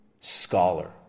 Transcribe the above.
scholar